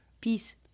Peace